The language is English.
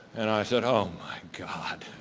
and i said oh my god.